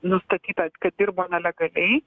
nustatytas kad dirbo nelegaliai